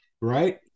Right